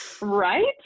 Right